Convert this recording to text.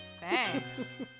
thanks